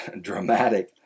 dramatic